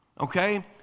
Okay